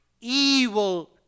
evil